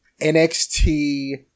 NXT